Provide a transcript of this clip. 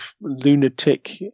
lunatic